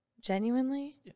genuinely